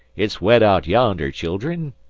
it's wet out yondher, children.